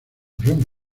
fusión